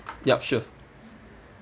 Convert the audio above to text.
yup sure